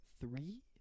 three